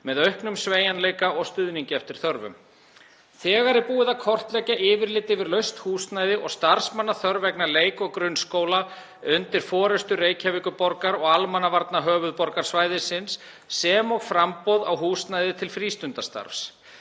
með auknum sveigjanleika og stuðningi eftir þörfum. Þegar er búið að kortleggja yfirlit yfir laust húsnæði og starfsmannaþörf vegna leik- og grunnskóla undir forystu Reykjavíkurborgar og almannavarna höfuðborgarsvæðisins sem og framboð á húsnæði til frístundastarfs.